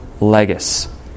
legis